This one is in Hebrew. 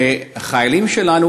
ושהחיילים שלנו,